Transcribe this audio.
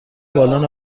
بالون